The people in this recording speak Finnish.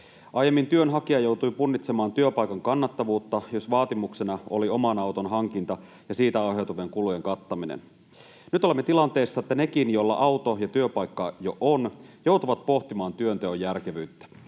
Aiemmin työnhakija joutui punnitsemaan työpaikan kannattavuutta, jos vaatimuksena oli oman auton hankinta ja siitä aiheutuvien kulujen kattaminen. Nyt olemme tilanteessa, että nekin, joilla auto ja työpaikka jo on, joutuvat pohtimaan työnteon järkevyyttä.